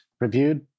reviewed